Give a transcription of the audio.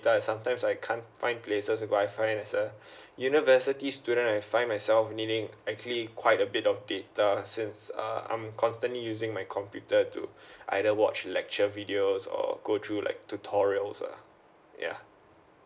data sometimes I can't find places got wifi university student I find myself meaning actually quite a bit of data since uh I'm constantly using my computer to either watch lecture videos or go through like tutorials ah ya